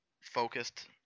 focused